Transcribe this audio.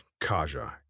Kaja